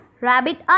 Rabbit